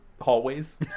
hallways